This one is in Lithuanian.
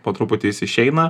po truputį jis išeina